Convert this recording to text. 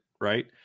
right